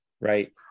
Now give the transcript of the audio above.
right